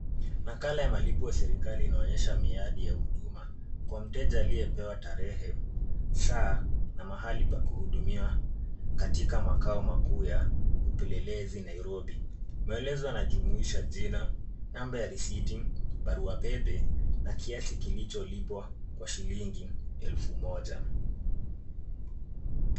Nakala ya malipo ya serkali inaonyesha miadi ya huduma kwa mteja aliyepewa tarehe, saa na mahali pa kuhudumia katika makao makuu ya upelelezi Nairobi. Maelezo yanajumuisha jina nambari ya risiti, barua pepe na kiasi kilicholipwa kwa shilingi elfu moja.